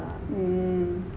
mm